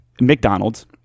McDonald's